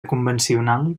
convencional